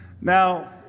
Now